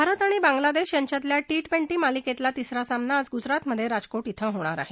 भारत आणि बांग्लादेश यांच्यातल्या T twenty मालिकेतला तिसरा सामना आज गुजरातमधे राजकोट क्वें होणार आहे